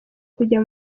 kujya